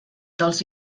dels